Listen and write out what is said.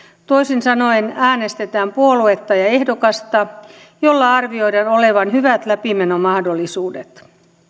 toisin sanoen äänestetään puoluetta ja ehdokasta jolla arvioidaan olevan hyvät läpimenomahdollisuudet